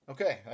Okay